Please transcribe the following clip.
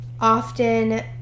often